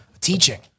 teaching